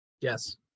Yes